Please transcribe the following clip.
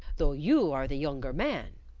though you are the younger man.